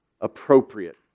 appropriate